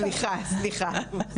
סליחה, סליחה.